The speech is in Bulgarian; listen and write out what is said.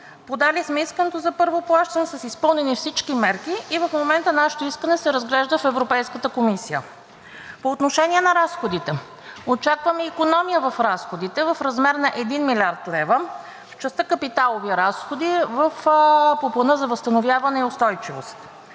Подали сме искането за първо плащане с изпълнени всички мерки и в момента нашето искане се разглежда в Европейската комисия. По отношение на разходите. Очакваме икономия в разходите в размер на 1 млрд. лв. в частта „Капиталови разходи“ по Плана за възстановяване и устойчивост.